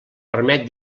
permet